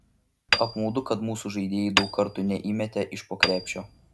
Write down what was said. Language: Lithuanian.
apmaudu kad mūsų žaidėjai daug kartų neįmetė iš po krepšio